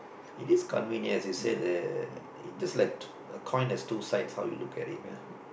it is convenient as you say that it looks like a coin that has two sides how you look at it ah